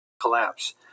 collapse